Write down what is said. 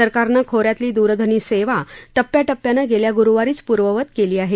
सरकारनं खोऱ्यातली दूरध्वनी सेवा टप्प्याटप्प्यानं गेल्या गुरुवारीच पूर्ववत केली आहे